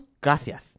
Gracias